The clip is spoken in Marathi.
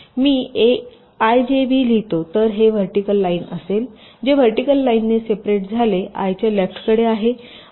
जर मी ijv लिहितो तर हे व्हर्टिकल लाईन असेल जे व्हर्टिकल लाईन ने सेपरेट झाले I च्या लेफ्टकडे आहे